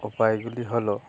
উপায়গুলি হল